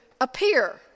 appear